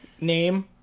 name